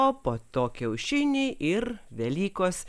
o po to kiaušiniai ir velykos